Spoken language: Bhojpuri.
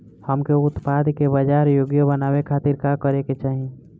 हमके उत्पाद के बाजार योग्य बनावे खातिर का करे के चाहीं?